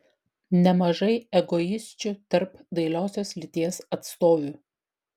nemažai egoisčių tarp dailiosios lyties atstovių